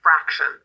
fraction